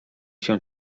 się